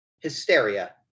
hysteria